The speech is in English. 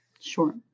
Sure